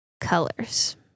colors